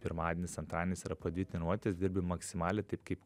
pirmadienis antradienis yra po dvi treniruotes dirbi maksimaliai taip kaip